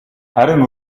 харин